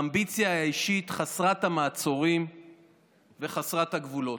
האמביציה האישית חסרת המעצורים וחסרת הגבולות.